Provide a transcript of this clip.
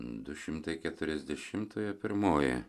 du šimtai keturiasdešimtojo pirmoji